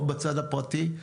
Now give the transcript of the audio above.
או בצד הפרטי.